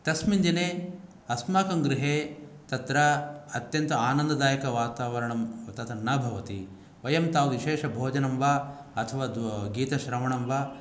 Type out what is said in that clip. तस्मिन् दिने अस्माकं गृहे तत्र अत्यन्त आनन्ददायकवातावरणं तत्र न भवति वयं तावत् विशेषभोजनं वा अथवा गीतश्रवणं वा